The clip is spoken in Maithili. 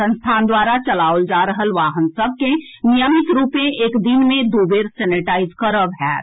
संस्थान द्वारा चलाओल जा रहल वाहन सभ के नियमित रूपे एक दिन मे दू बेर सेनेटाइज करब होएत